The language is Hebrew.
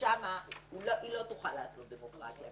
שם היא לא תוכל לעשות דמוקרטיה,